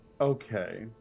Okay